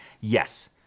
Yes